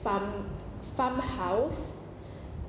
farm farmhouse